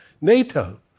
NATO